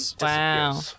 wow